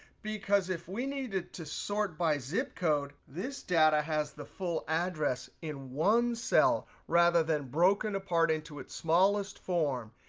because if we needed to sort by zip code, this data has the full address in one cell, rather than broken apart into its smallest form.